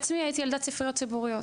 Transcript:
ואני בעצמי הייתי ילדת ספריות ציבוריות.